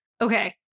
okay